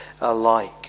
alike